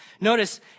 Notice